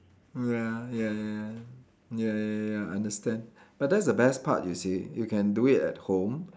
ya ya ya ya ya ya ya ya I understand but that's the best part you see you can do it at home